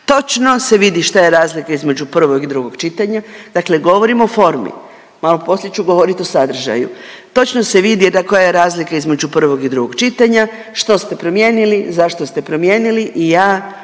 Točno se vidi šta je razlika između prvog i drugog čitanja, dakle govorim o formi, malo poslije ću govorit o sadržaju. Točno se vidi da koja je razlika između prvog i drugog čitanja, što ste promijenili, zašto ste promijenili i ja apsolutno